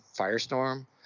firestorm